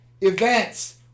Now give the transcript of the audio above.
events